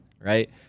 right